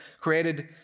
created